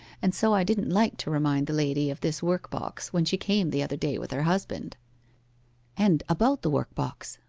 and so i didn't like to remind the lady of this workbox when she came the other day with her husband and about the workbox